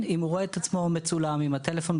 טענת חברי הכנסת מקלב וינון אזולאי הייתה,